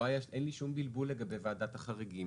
אין לי שום בלבול לגבי ועדת החריגים.